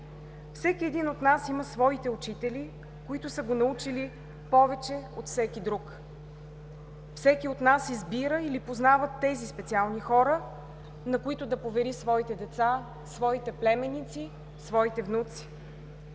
Всеки един от нас има своите учители, които са го научили повече от всеки друг. Всеки от нас избира или познава тези специални хора, на които да повери своите деца, своите племенници, своите внуци.